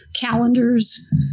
calendars